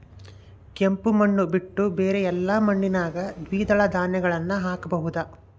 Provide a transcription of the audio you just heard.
ಕೆಂಪು ಮಣ್ಣು ಬಿಟ್ಟು ಬೇರೆ ಎಲ್ಲಾ ಮಣ್ಣಿನಾಗ ದ್ವಿದಳ ಧಾನ್ಯಗಳನ್ನ ಹಾಕಬಹುದಾ?